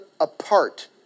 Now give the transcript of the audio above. apart